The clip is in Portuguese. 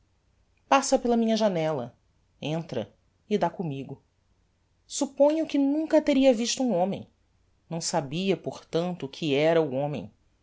passa pela minha janella entra e dá commigo supponho que nunca teria visto um homem não sabia portanto o que era o homem